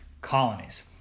colonies